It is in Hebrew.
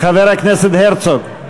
חבר הכנסת הרצוג,